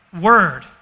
word